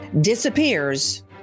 disappears